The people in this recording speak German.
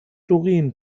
doreen